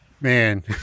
man